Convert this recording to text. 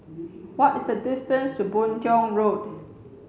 what is the distance to Boon Tiong Road